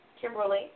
Kimberly